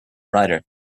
rider